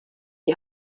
die